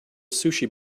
sushi